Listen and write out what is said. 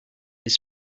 this